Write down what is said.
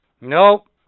Nope